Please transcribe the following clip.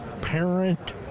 parent